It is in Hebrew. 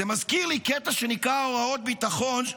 זה מזכיר לי קטע שנקרא "הוראות ביטחון",